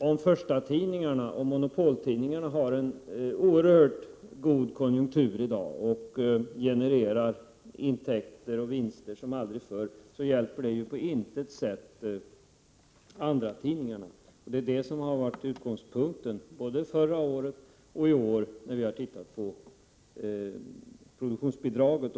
Om förstatidningarna och monopoltidningarna i dag har en oerhört god konjunktur och genererar intäkter och vinster som aldrig förr, hjälper det på intet sätt andratidningarna. Det är detta som har varit utgångspunkten både förra året och i år när vi har tittat på produktionsbidraget.